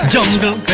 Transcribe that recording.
Jungle